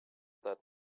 that